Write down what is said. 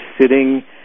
sitting